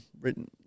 written